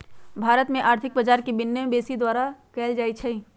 भारत में आर्थिक बजार के विनियमन सेबी द्वारा कएल जाइ छइ